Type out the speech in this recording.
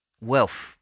wealth